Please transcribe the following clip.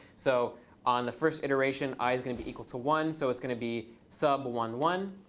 so on the first iteration, i is going to be equal to one. so it's going to be sub one, one.